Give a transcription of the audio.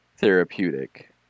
Therapeutic